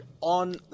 on